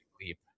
leap